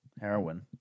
heroin